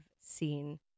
seen